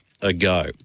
ago